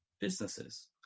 businesses